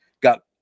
got